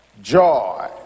joy